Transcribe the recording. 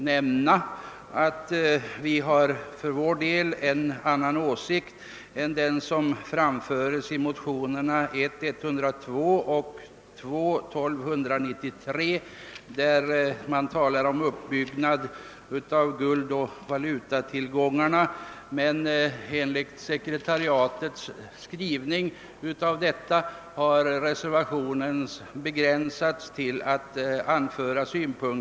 Folkpartiets representanter har en annan åsikt än den som framföres i motionerna I: 1102 och II: 1293. I dessa talas om en återuppbyggnad av guldoch valutatillgångarna. Genom sekretariatets skrivning har emellertid dessa frågor inte tagits upp i reservationen.